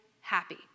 happy